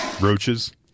roaches